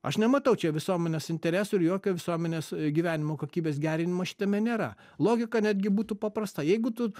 aš nematau čia visuomenės intereso ir jokio visuomenės gyvenimo kokybės gerinimo šitame nėra logika netgi būtų paprasta jeigu tu